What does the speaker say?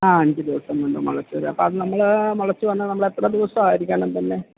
ആ അഞ്ച് ദിവസം കൊണ്ട് മുളച്ച് വരും അപ്പം അത് നമ്മള് മുളച്ച് വന്ന് നമ്മളെത്ര ദിവസം ആയിരിക്കണം പിന്നെ